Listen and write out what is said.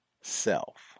self